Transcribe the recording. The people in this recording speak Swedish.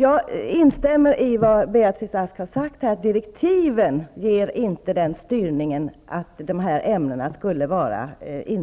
Jag instämmer i det Beatrice Ask har sagt, nämligen att direktiven inte är styrande i riktning mot att dessa ämnen inte